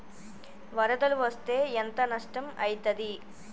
వరదలు వస్తే ఎంత నష్టం ఐతది?